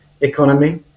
economy